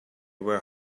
were